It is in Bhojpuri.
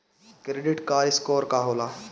क्रेडिट स्कोर का होला?